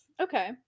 Okay